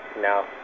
No